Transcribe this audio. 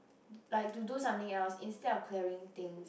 like to do something else instead of clearing thing